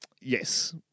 Yes